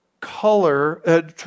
color